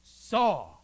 saw